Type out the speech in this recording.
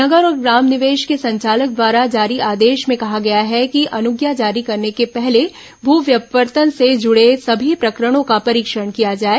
नगर और ग्राम निवेश के संचालक द्वारा जारी आदेश में कहा गया है कि अनुज्ञा जारी करने के पहले भू व्यपवर्तन से जूड़े सभी प्रकरणों का परीक्षण किया जाए